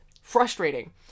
frustrating